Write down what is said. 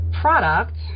product